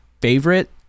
favorite